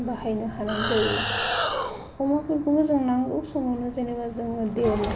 बाहायनो हानाय जायो अमाफोरखौबो जों नांगौ समावनो जेनेबा जोङो देर